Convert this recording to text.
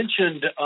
mentioned